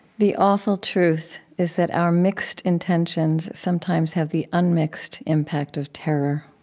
the awful truth is that our mixed intentions sometimes have the unmixed impact of terror.